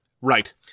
Right